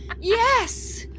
Yes